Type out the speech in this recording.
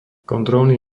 kontrolný